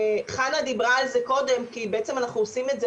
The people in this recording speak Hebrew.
חנה דיברה על זה קודם כי בעצם אנחנו עושים את זה